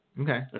Okay